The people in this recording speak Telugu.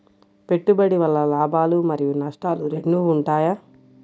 పెట్టుబడి వల్ల లాభాలు మరియు నష్టాలు రెండు ఉంటాయా?